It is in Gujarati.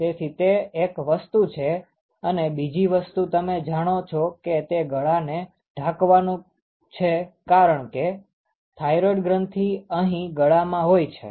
તેથી તે એક વસ્તુ છે અને બીજી વસ્તુ તમે જાણો છો કે તે ગળાને ઢાંકવાનું છે કારણ કે થાઈરોઈડ ગ્રંથી અહી ગળામાં હોઈ છે